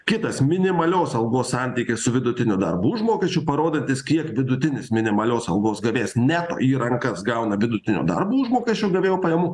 kitas minimalios algos santykis su vidutiniu darbo užmokesčiu parodantis kiek vidutinis minimalios algos gavėjas net į rankas gauna vidutinio darbo užmokesčio gavėjo pajamų